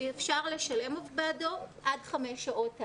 אפשר לשלב בעדו עד חמש שעות תל"ן.